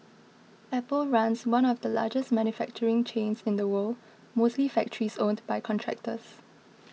Apple runs one of the largest manufacturing chains in the world mostly factories owned by contractors